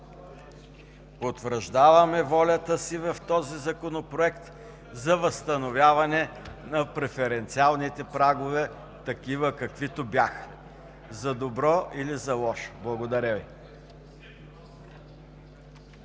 потвърждаваме волята си в този законопроект за възстановяване на преференциалните прагове – такива, каквито бяха, за добро или за лошо. Благодаря Ви.